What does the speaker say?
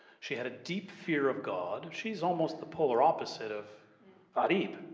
she had a deep fear of god. she's almost the polar opposite of ah-reeb.